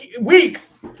Weeks